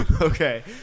Okay